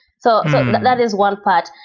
so that is one part.